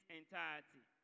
entirety